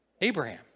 Abraham